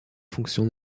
fonction